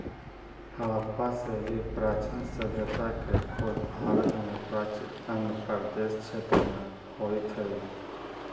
हडप्पा से भी प्राचीन सभ्यता के खोज भारत में प्राचीन अंग प्रदेश क्षेत्र में होइत हई